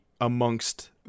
amongst